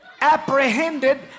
apprehended